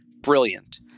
Brilliant